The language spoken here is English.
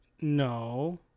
no